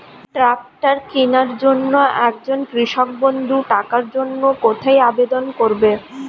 Tractor কিনার জন্য একজন কৃষক বন্ধু টাকার জন্য কোথায় আবেদন করবে?